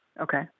Okay